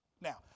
Now